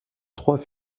trois